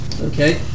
Okay